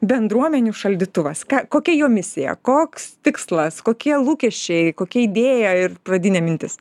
bendruomenių šaldytuvas ką kokia jo misija koks tikslas kokie lūkesčiai kokia idėja ir pradinė mintis